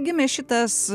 gimė šitas